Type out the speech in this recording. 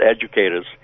educators